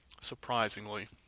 surprisingly